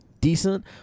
decent